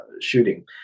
shooting